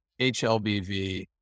HLBV